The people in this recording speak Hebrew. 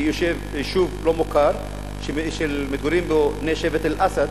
יישוב לא מוכר שמתגוררים בו בני שבט אל-אסד,